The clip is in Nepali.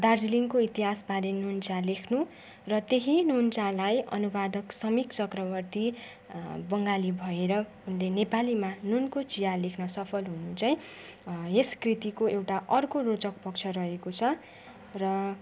दार्जिलिङको इतिहासबारे नुन चा लेख्नु र त्यही नुन चालाई अनुवादक समिक चक्रवर्ती बङ्गाली भएर उनले नेपालीमा नुनको चिया लेख्न सफल हुनु चाहिँ यस कृतिको एउटा अर्को रोचक पक्ष रहेको छ र